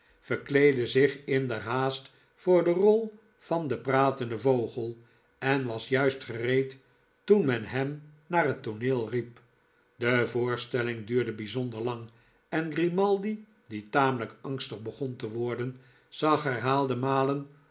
verkleedde zich inderhaast voor de rol van den pratenden vogel en was juist gereed toen men hem naar het tooneel riep de voorstelling duurde bijzonder lang en grimaldi die tamelijk angstig begon te worden zag herhaalde malen